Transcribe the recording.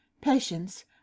patience